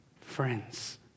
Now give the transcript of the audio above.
friends